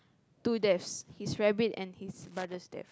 two deaths his rabbit and his mother's death